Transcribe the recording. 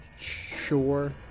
sure